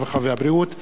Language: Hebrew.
הרווחה והבריאות,